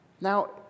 Now